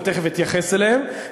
ואני תכף אתייחס אליהן,